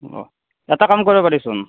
অঁ এটা কাম কৰিব পাৰিচোন